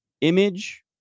image